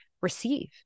receive